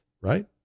right